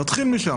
נתחיל משם.